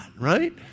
right